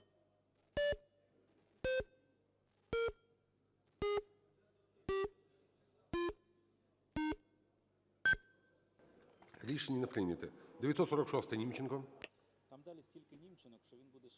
Рішення не прийнято. 946-а. Німченко.